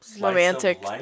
romantic